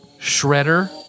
Shredder